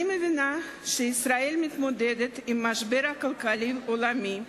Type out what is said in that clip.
אני מבינה שישראל מתמודדת עם המשבר הכלכלי העולמי,